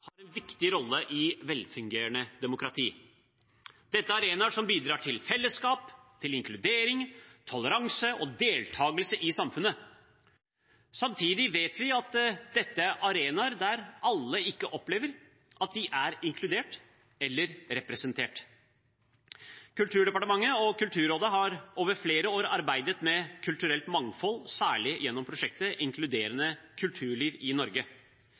har en viktig rolle i velfungerende demokratier. Dette er arenaer som bidrar til fellesskap, til inkludering, til toleranse og deltakelse i samfunnet. Samtidig vet vi at dette er arenaer der ikke alle opplever at de er inkludert eller representert. Kulturdepartementet og Kulturrådet har over flere år arbeidet med kulturelt mangfold, særlig gjennom prosjektet Inkluderende kulturliv i